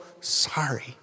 sorry